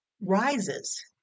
rises